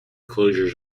closures